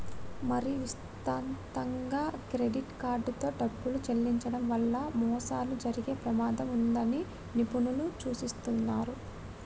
మరీ విస్తృతంగా క్రెడిట్ కార్డుతో డబ్బులు చెల్లించడం వల్ల మోసాలు జరిగే ప్రమాదం ఉన్నదని నిపుణులు సూచిస్తున్నరు